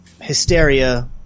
hysteria